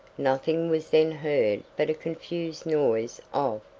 nothing was then heard but a confused noise of